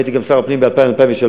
הייתי גם שר הפנים ב-2000 2003,